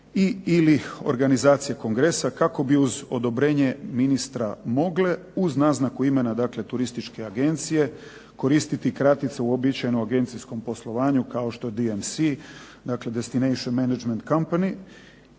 ili organizacije kongresa kako bi uz odobrenja ministra mogle uz naznaku imena turističke agencije koristiti kratice uobičajenog u agencijskom poslovanju kao što je DMC destination management companyc